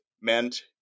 meant